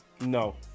No